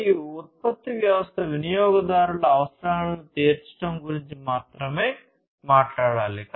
మరియు ఉత్పత్తి వ్యవస్థ వినియోగదారుల అవసరాలను తీర్చడం గురించి మాత్రమే మాట్లాడాలి